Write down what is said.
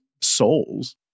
souls